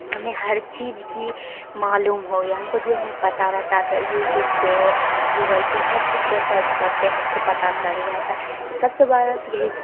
ہمیں ہر چیز کی معلوم ہو گیا ہم کو جو نہیں پتہ رہتا تھا یوٹیوب پہ گوگل پہ ہر چیز پہ سرچ کرتے ہم کو پتہ چل جاتا ہے یہ سب سے بڑا تو یہی